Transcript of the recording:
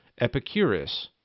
Epicurus